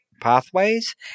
pathways